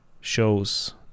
shows